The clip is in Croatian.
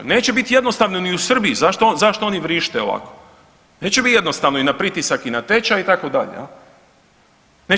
Neće bit jednostavno ni u Srbiji, zašto, zašto oni vrište ovako, neće bit jednostavno i na pritisak i na tečaj itd. jel.